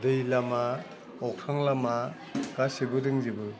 दै लामा अख्रां लामा गासिबो दंजोबो